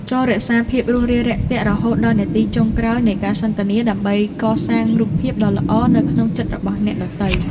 ចូររក្សាភាពរួសរាយរាក់ទាក់រហូតដល់នាទីចុងក្រោយនៃការសន្ទនាដើម្បីកសាងរូបភាពដ៏ល្អនៅក្នុងចិត្តរបស់អ្នកដទៃ។